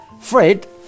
Fred